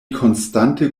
konstante